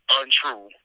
untrue